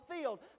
field